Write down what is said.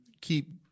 keep